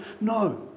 No